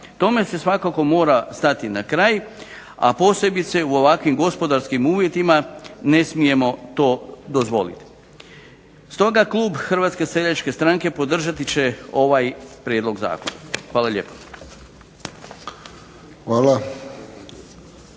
Tome se svakako mora stati na kraj, a posebice u ovakvim gospodarskim uvjetima ne smijemo to dozvoliti. Stoga klub Hrvatske seljačke stranke podržati će ovaj prijedlog zakona. Hvala lijepo.